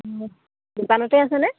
দোকানতে আছেনে